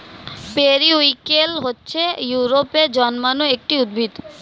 periwinkle হচ্ছে ইউরোপে জন্মানো একটি উদ্ভিদ